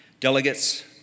Delegates